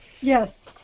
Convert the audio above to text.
Yes